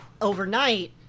overnight